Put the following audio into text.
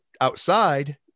outside